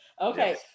Okay